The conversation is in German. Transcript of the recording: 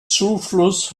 zufluss